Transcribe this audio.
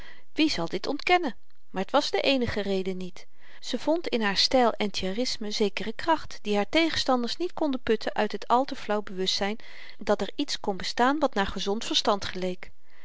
wie zal dit ontkennen maar t was de eenige reden niet ze vond in haar steil entiérisme zekere kracht die haar tegenstanders niet konden putten uit het al te flauw bewustzyn dat er iets kon bestaan wat naar gezond verstand geleek